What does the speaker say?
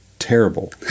terrible